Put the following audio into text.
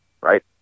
right